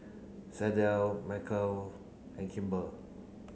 Michaele and Kimber